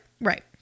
right